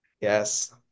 Yes